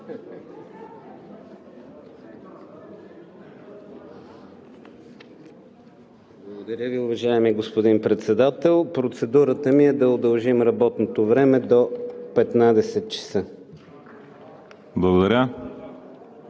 Благодаря Ви, уважаеми господин Председател. Процедурата ми е да удължим работното време до 15,00 ч.